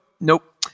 nope